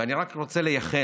ואני רק רוצה לייחל